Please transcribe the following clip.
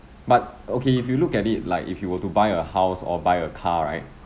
but okay if you look at it like if you were to buy a house or buy a car right